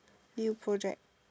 new project